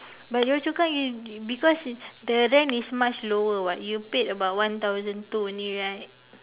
but Yio-Chu-Kang is because uh the rent is much lower [what] you paid about one thousand two only right